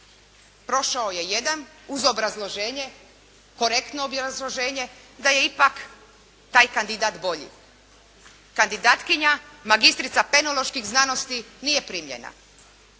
Prošao je jedan uz obrazloženje, korektno obrazloženje da je ipak taj kandidat bolji. Kandidatkinja, magistrica penoloških znanosti nije primljena.